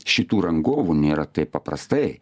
šitų rangovų nėra taip paprastai